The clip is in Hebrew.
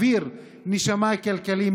אוויר נשימה כלכלי,